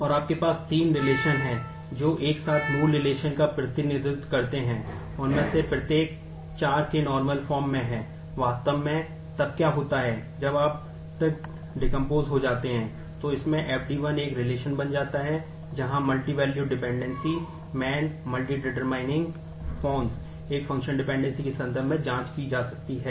और आपके अब तीन रिलेशन जो धारण करती है